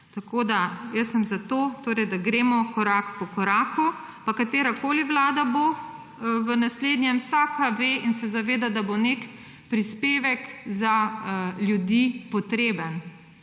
Tako sem za to, da gremo korak po koraku, pa katerakoli vlada bo v naslednjem, vsaka ve in se zaveda, da bo nek prispevek za ljudi potreben.